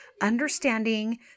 understanding